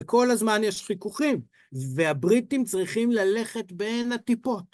כל הזמן יש חיכוכים, והבריטים צריכים ללכת בין הטיפות.